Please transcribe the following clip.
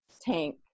tank